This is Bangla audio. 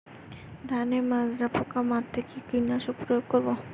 ধানের মাজরা পোকা মারতে কি কীটনাশক প্রয়োগ করব?